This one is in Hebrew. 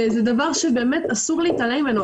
וזה דבר שבאמת אסור להתעלם ממנו.